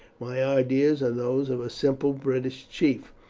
my ideas are those of a simple british chief.